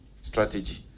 strategy